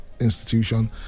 institution